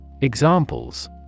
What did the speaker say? Examples